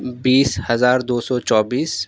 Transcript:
بیس ہزار دو سو چوبیس